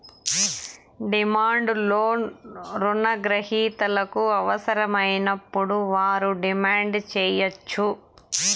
demand loan రుణ గ్రహీతలకు అవసరమైనప్పుడు వారు డిమాండ్ సేయచ్చు